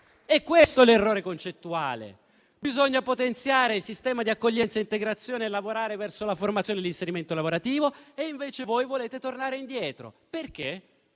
È questo l'errore concettuale. Bisogna potenziare il sistema di accoglienza e integrazione e lavorare verso la formazione e l'inserimento lavorativo e invece voi volete tornare indietro, perché